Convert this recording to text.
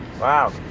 Wow